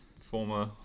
former